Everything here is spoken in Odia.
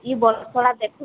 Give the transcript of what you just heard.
ଏ ବର୍ଷଟା ଦେଖୁଁ